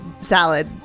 salad